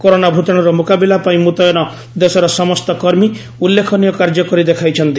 corona ଭୂତାଣୁର ମୁକାବିଲା ପାଇଁ ମୁତୟନ ଦେଶର ସମସ୍ତ କର୍ମୀ ଉଲ୍ଲେଖନୀୟ କାର୍ଯ୍ୟ କରି ଦେଖାଇଛନ୍ତି